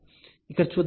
కాబట్టి ఇక్కడ చూద్దాం